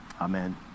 Amen